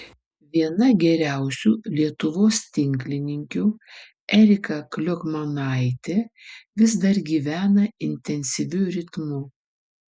viena geriausių lietuvos tinklininkių erika kliokmanaitė vis dar gyvena intensyviu ritmu